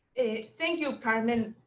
thank you, carmen.